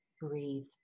breathe